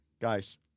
Guys